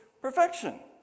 perfection